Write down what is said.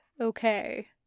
okay